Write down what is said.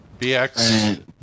bx